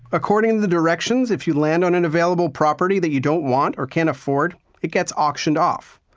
according to the directions if you land on an available property that you don't want or can't afford it gets auctioned off.